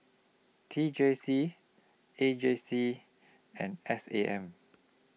T J C A J C and S A M